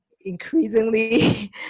increasingly